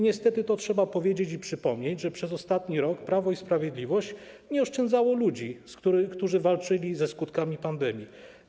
Niestety trzeba to powiedzieć i przypomnieć, że przez ostatni rok Prawo i Sprawiedliwość nie oszczędzało ludzi, którzy walczyli ze skutkami pandemii.